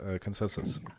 consensus